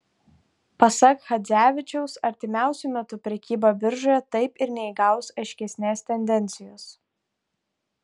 pasak chadzevičiaus artimiausiu metu prekyba biržoje taip ir neįgaus aiškesnės tendencijos